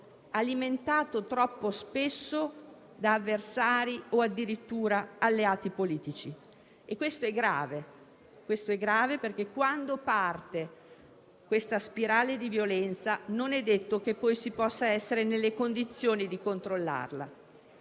alimentato troppo spesso da avversari o addirittura alleati politici. E questo è grave perché, quando questa spirale di violenza parte, non è detto che poi si possa essere nelle condizioni di controllarla.